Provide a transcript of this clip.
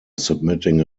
submitting